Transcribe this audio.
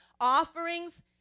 offerings